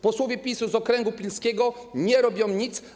Posłowie PiS-u z okręgu pilskiego nie robią nic.